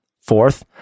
fourth